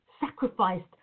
sacrificed